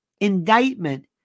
indictment